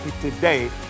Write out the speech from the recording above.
today